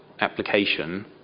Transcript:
application